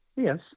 Yes